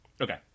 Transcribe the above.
Okay